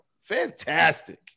Fantastic